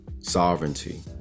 sovereignty